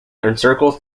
encircles